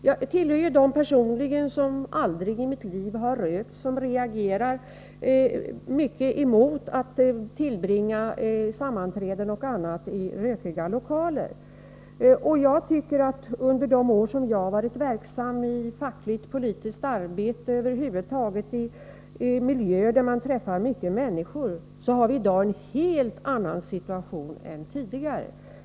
Jag tillhör personligen dem som aldrig i sitt liv har rökt och som reagerar starkt emot att tillbringa sammanträden och annat i rökiga lokaler. Under de år som jag har varit verksam i fackligt och politiskt arbete, över huvud taget i miljöer där man träffar många människor, har vi fått en helt annan situation än tidigare.